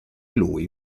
lui